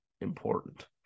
important